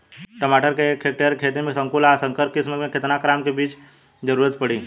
टमाटर के एक हेक्टेयर के खेती में संकुल आ संकर किश्म के केतना ग्राम के बीज के जरूरत पड़ी?